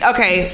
Okay